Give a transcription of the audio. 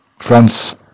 France